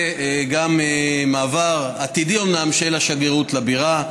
וגם על מעבר, עתידי אומנם, של השגרירות לבירה.